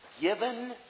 given